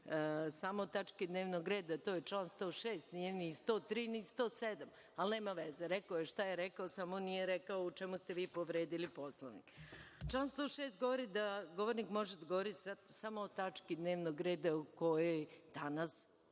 Samo o tački dnevnog reda, to je član 106, nije ni 103, ni 107, ali nema veze. Rekao je šta je rekao, samo nije rekao u čemu ste vi povredili Poslovnik. Član 106. govori da govornik može da govori samo o tački dnevnog reda o kojoj danas